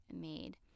made